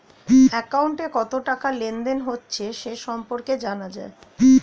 অ্যাকাউন্টে কত টাকা লেনদেন হয়েছে সে সম্পর্কে জানা যায়